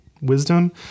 wisdom